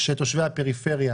תושבי הפריפריה